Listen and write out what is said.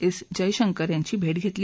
S Jaishankar यांची भेट घेतली